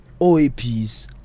OAPs